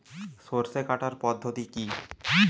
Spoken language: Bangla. সরষে কাটার পদ্ধতি কি?